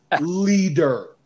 Leader